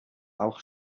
auch